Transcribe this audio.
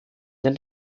den